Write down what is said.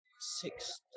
six